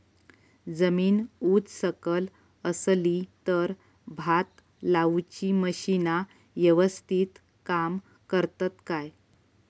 जमीन उच सकल असली तर भात लाऊची मशीना यवस्तीत काम करतत काय?